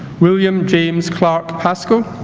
william james clarke pascoe